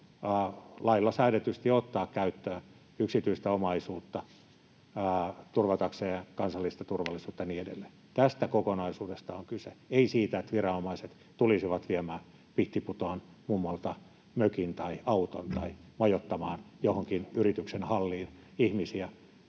lailla säädetysti ottaa käyttöön yksityistä omaisuutta turvatakseen kansallista turvallisuutta ja niin edelleen. Tästä kokonaisuudesta on kyse — ei siitä, että viranomaiset tulisivat viemään pihtiputaanmummolta mökin tai auton tai majoittamaan johonkin yrityksen halliin ihmisiä